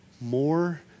more